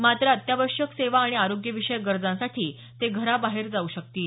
मात्र अत्यावश्यक सेवा आणि आरोग्यविषयक गरजांसाठी ते घराबाहेर जाऊ शकतील